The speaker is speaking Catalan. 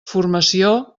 formació